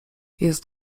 jest